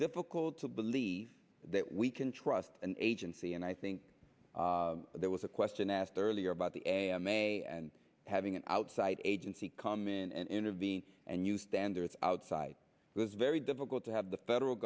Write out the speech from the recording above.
difficult to believe that we can trust an agency and i think there was a question asked earlier about the a m a and having an outside agency come in and intervene and use standards outside it was very difficult to have the federal